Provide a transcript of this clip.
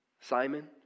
Simon